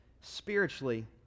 spiritually